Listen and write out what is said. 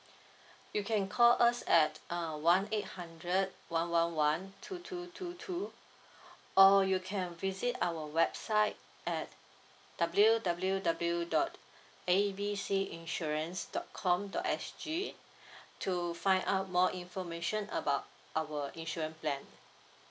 you can call us at err one eight hundred one one one two two two two or you can visit our website at W_W_W dot A B C insurance dot com dot S_G to find out more information about our insurance plan